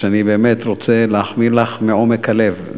ואני באמת רוצה להחמיא לך מעומק הלב,